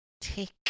take